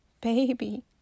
Baby